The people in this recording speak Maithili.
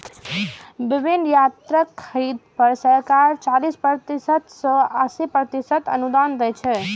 विभिन्न यंत्रक खरीद पर सरकार चालीस प्रतिशत सं अस्सी प्रतिशत अनुदान दै छै